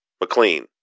McLean